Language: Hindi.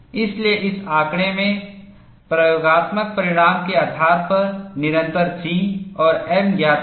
इसलिए इस आंकड़े से प्रयोगात्मक परिणाम के आधार पर निरंतर C और m ज्ञात करें